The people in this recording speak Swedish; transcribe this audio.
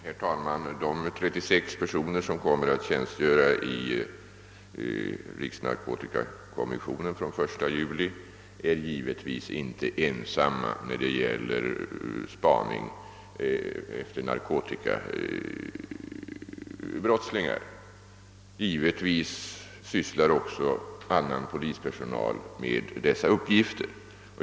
Herr talman! De 36 personer som kommer att tjänstgöra i riksnarkotikakommissionen från den 1 juli i år är inte ensamma när det gäller spaning efter narkotikabrottslingar. Givetvis sysslar också annan «polispersonal med dessa uppgifter.